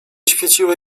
świeciły